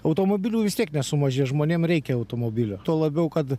automobilių vis tiek nesumažės žmonėm reikia automobilio tuo labiau kad